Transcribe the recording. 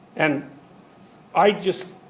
and i just